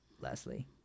Leslie